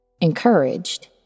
Encouraged